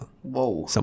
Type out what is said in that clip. Whoa